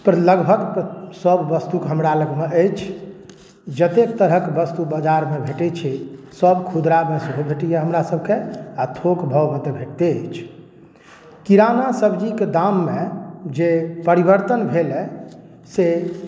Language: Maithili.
पर लगभग सभवस्तुके हमरा लगमे अछि जतेक तरहक वस्तु बाजारमे भेटैत छै सभ खुदरामे सेहो भेटैए हमरासभके आ थोक भावमे तऽ भेटते अछि किराना सब्जीके दाममे जे परिवर्तन भेलए से